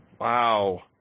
Wow